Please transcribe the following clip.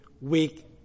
weak